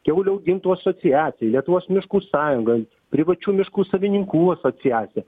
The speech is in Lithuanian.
kiaulių augintojų asociacija lietuvos miškų sąjunga privačių miškų savininkų asociacija